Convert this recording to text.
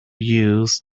use